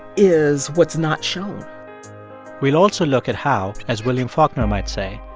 is what's not shown we'll also look at how, as william faulkner might say,